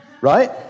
right